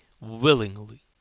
willingly